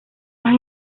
más